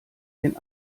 den